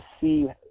see